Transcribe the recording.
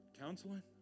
counseling